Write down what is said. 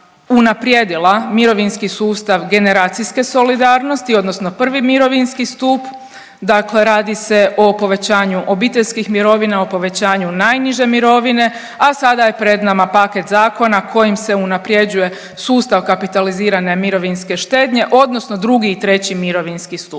mirovinski sustav generacijske solidarnosti odnosno prvi mirovinski stup. Dakle, radi se o povećanju obiteljskih mirovina, o povećanju najniže mirovine, a sada je pred nama paket zakona kojim se unaprijeđuje sustav kapitalizirane mirovinske štednje odnosno drugi i treći mirovinski stup.